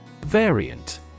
Variant